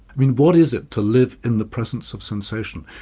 i mean what is it to live in the presence of sensation,